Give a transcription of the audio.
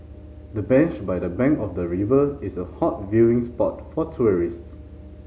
the bench by the bank of the river is a hot viewing spot for tourists